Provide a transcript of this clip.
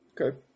Okay